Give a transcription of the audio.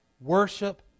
Worship